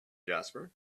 jasper